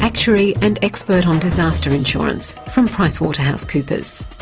actuary and expert on disaster insurance, from price waterhouse coopers.